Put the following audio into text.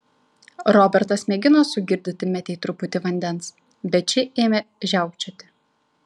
robertas mėgino sugirdyti metei truputį vandens bet ši ėmė žiaukčioti